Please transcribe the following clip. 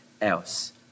else